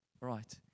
Right